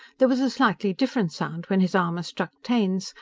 there was a slightly different sound when his armor struck taine's,